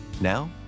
Now